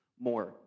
more